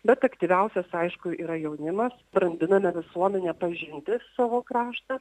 bet aktyviausios aišku yra jaunimas brandiname visuomenę pažinti savo kraštą